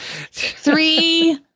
Three